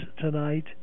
tonight